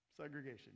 Segregation